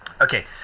Okay